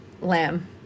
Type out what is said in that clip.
lamb